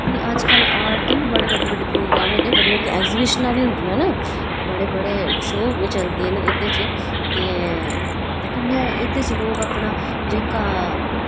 ते अज्ज कल आर्ट ते बी बड़े बड्डे बड्डे प्रोग्राम होंदे बड़े बड्डे बड्डे ऐगजिवेशनां बी होंदियां न बड़े बड़े शो बी चलदे न एह्दे बिच्च ते कन्नै लोग एह्दे च अपना जेह्ड़ा